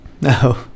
No